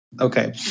Okay